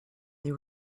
they